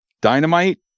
Dynamite